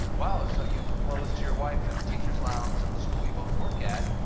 wow, so you proposed to your wife in the teachers' lounge of the school you both work at,